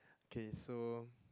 okay so